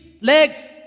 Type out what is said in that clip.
legs